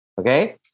Okay